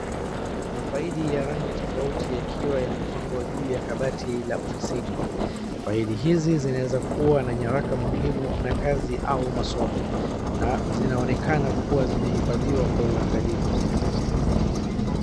Mafaili ya rangi tofauti yakiwa yamepangwa juu ya kabati la ofisini. File hizi zinaweza kuwa na nyaraka muhimu na kazi au masomo na zinaokena kuwa zimehifadhiwa kwa ungalifu.